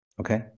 Okay